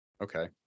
Okay